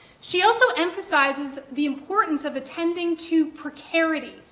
she also emphasizes the importance of attending to precarity.